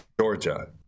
Georgia